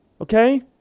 okay